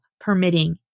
permitting